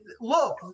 look